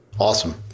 Awesome